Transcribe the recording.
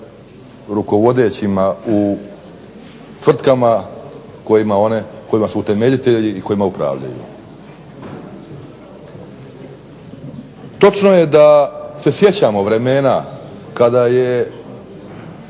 rukovodećima u tvrtkama kojima su utemeljitelji i kojima upravljaju. Točno je da se sjećamo vremena kada je